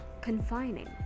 confining